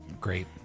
Great